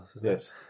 Yes